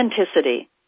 authenticity